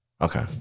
okay